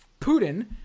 putin